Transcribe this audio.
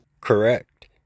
Correct